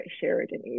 Sheridan